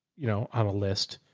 you know, on a list,